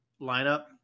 lineup